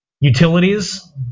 utilities